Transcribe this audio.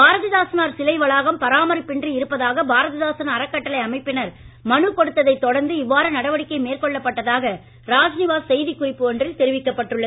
பாரதிதாசனார் சிலை வளாகம் பராமரிப்பு இன்றி இருப்பதாக பாரதிதாசன் அறக்கட்டளை அமைப்பினர் கொடுத்ததை தொடர்ந்து இவ்வாறு நடவடிக்கை மனு மேற்கொள்ளப்பட்டதாக ராஜ்நிவாஸ் செய்தி குறிப்பு ஒன்றில் தெரிவிக்கப்பட்டுள்ளது